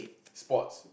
sports